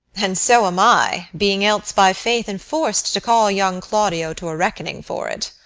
and so am i, being else by faith enforc'd to call young claudio to a reckoning for it.